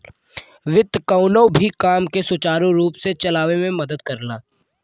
वित्त कउनो भी काम के सुचारू रूप से चलावे में मदद करला